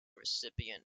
recipient